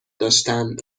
داشتند